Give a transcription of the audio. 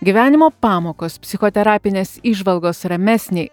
gyvenimo pamokos psichoterapinės įžvalgos ramesnei